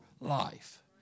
life